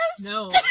No